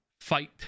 fight